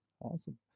Awesome